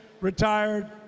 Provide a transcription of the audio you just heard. retired